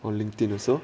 on Linkdein also